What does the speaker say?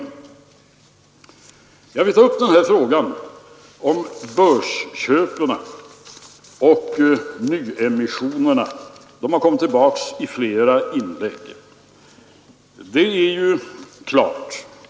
Nr 98 Jag vill ta upp den här frågan om börsköpen och nyemissionerna, som kommit tillbaka i flera iäläsg. Det är klart.